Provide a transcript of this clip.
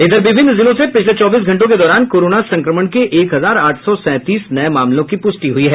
इधर विभिन्न जिलों से पिछले चौबीस घंटों के दौरान कोरोना संक्रमण के एक हजार आठ सौ सैंतीस नये मामलों की पुष्टि हुई है